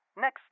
Next